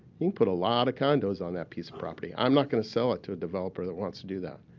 you can put a lot of condos on that piece of property. i'm not going to sell it to a developer that wants to do that.